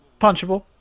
punchable